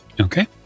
Okay